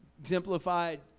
Exemplified